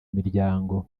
miryango